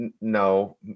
no